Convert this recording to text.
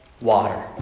water